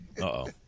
Uh-oh